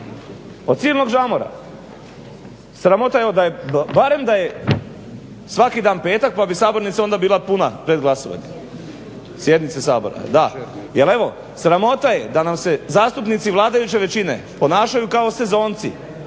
Od silnog žamora. Sramota, barem da je svaki dan petak pa bi sabornica bila puna pred glasovanje sjednice Sabora. Da jel evo sramota je da nam se zastupnici vladajuće većina ponašaju kao sezonci